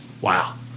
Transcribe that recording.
Wow